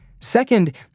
Second